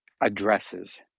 addresses